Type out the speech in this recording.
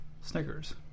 Snickers